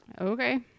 Okay